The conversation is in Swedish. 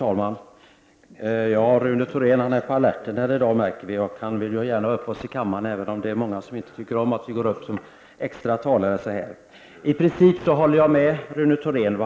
Fru talman! Rune Thorén är på alerten i dag, det märker vi. Han vill gärna få upp oss här i talarstolen, även om det är många som inte tycker om att vi tar till orda som extra talare. I princip håller jag med Rune Thorén när